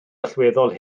allweddol